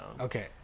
Okay